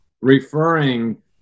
referring